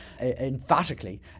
emphatically